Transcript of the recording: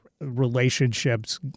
relationships